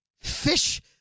Fish